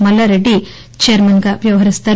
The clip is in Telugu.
మల్లారెడ్డి చైర్మన్గా వ్యవహరిస్తారు